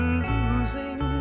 losing